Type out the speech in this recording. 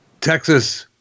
Texas